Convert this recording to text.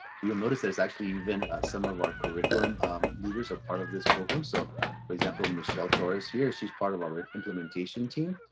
so you'll notice there's actually even some of our curriculum leaders are part of this program. so for example, michelle torres here, she's part of our implementation team,